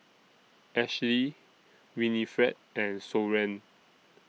Ashlie Winnifred and Soren